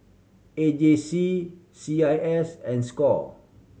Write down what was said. A J C C I S and score